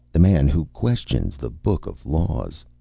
the man who questions the book of laws.